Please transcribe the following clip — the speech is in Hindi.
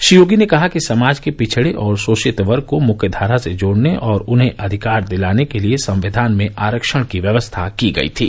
श्री योगी ने कहा कि समाज के पिछड़े और शोषित वर्ग को मुख्यधारा से जोड़ने और उन्हें अधिकार दिलाने के लिए संक्धान में आरक्षण की व्यवस्था की गयी थी